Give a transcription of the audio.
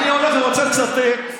אני רוצה לצטט,